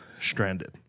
stranded